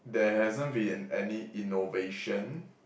there hasn't been any innovation